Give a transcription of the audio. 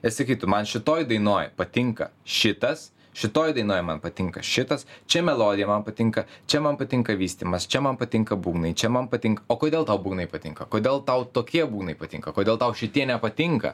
ir sakytų man šitoj dainoj patinka šitas šitoj dainoj man patinka šitas čia melodija man patinka čia man patinka vystymas čia man patinka būgnai čia man patinka o kodėl tau būgnai patinka kodėl tau tokie būgnai patinka kodėl tau šitie nepatinka